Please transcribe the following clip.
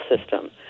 system